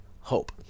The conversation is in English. hope